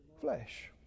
Flesh